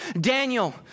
Daniel